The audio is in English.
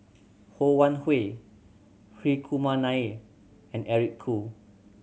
Ho Wan Hui Hri Kumar Nair and Eric Khoo